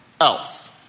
else